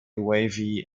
wavy